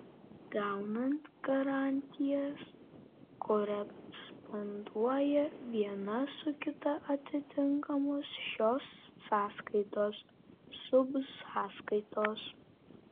gaunant garantijas koresponduoja viena su kita atitinkamos šios sąskaitos subsąskaitos